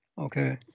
Okay